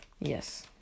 yes